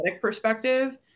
perspective